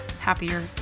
happier